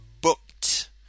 booked